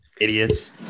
Idiots